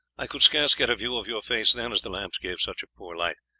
i could scarce get a view of your face then, as the lamps give such a poor light,